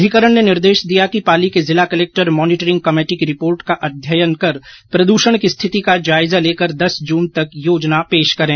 अधिकरण ने निर्देश दिया कि पाली के जिला कलेक्टर मॉनिटरिंग कमेटी की रिपोर्ट का अध्यययन कर प्रदूषण की स्थिति का जायजा लेकर दस जून तक का योजना पेश करें